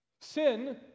Sin